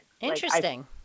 Interesting